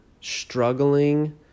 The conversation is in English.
struggling